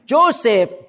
Joseph